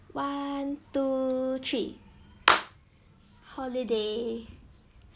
one two three holiday